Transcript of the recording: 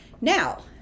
Now